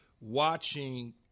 watching